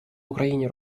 україні